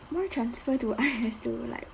why transfer to I_S to like